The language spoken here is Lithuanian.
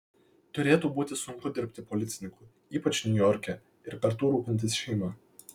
turėtų būti sunku dirbti policininku ypač niujorke ir kartu rūpintis šeima